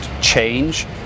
change